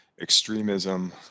extremism